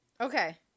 Okay